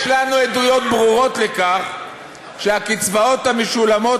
יש לנו עדויות ברורות לכך שהקצבאות המשולמות